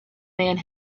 man